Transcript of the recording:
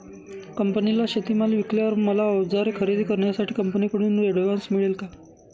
कंपनीला शेतीमाल विकल्यावर मला औजारे खरेदी करण्यासाठी कंपनीकडून ऍडव्हान्स मिळेल का?